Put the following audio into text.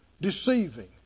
Deceiving